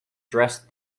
dressed